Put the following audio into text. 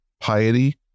piety